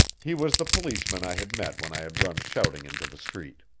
he was the policeman i had met when i had run shouting into the street.